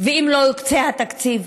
ואם לא יוקצה התקציב,